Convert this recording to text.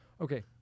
Okay